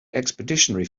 expeditionary